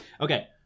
okay